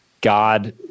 God